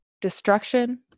destruction